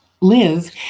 live